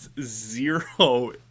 zero